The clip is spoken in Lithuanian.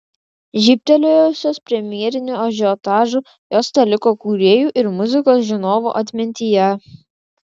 žybtelėjusios premjeriniu ažiotažu jos teliko kūrėjų ir muzikos žinovų atmintyje